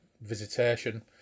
visitation